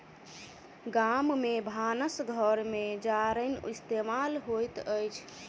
गाम में भानस घर में जारैन इस्तेमाल होइत अछि